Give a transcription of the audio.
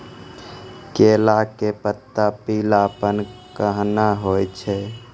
केला के पत्ता पीलापन कहना हो छै?